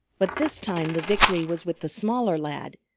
but this time the victory was with the smaller lad,